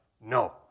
no